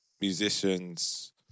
musicians